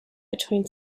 between